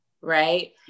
right